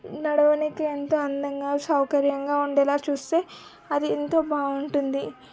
నడవడానికి ఎంతో అందంగా సౌకర్యంగా ఉండేలా చూస్తే అది ఎంతో బాగుంటుంది